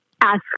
ask